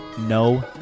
no